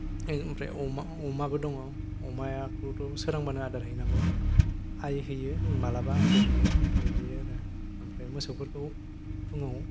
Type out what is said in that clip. ओमफ्राय अमाबो दङ अमायाखौथ' सोरांबानो आदार हैनांगौ आइ होयो मालाबा आंबो होयो बिदि आरो ओमफ्राय मोसौफोरखौ फुङाव